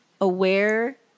aware